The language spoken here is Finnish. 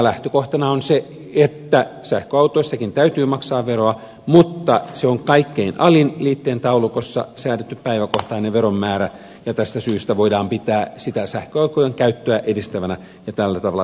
lähtökohtana on se että sähköautoistakin täytyy maksaa veroa mutta se on kaikkein alin liitteen taulukossa säädetty päiväkohtainen veron määrä ja tästä syystä voidaan pitää sitä sähköautojen käyttöä edistävänä ja tällä tavalla tarkoituksenmukaisena